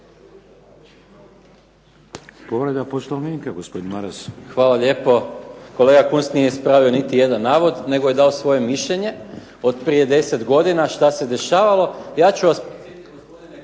Maras. **Maras, Gordan (SDP)** Hvala lijepo. Kolega Kunst nije ispravio niti jedan navod nego je dao svoje mišljenje od prije deset godina šta se dešavalo.